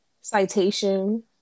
citation